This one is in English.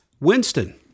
Winston